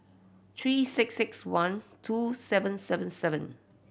three six six one two seven seven seven